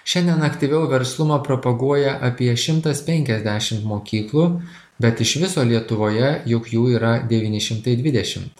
šiandien aktyviau verslumą propaguoja apie šimtas penkiasdešimt mokyklų bet iš viso lietuvoje juk jų yra devyni šimtai dvidešimt